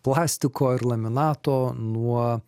plastiko ir laminato nuo